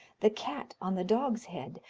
the cat on the dog's head,